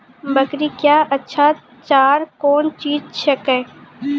बकरी क्या अच्छा चार कौन चीज छै के?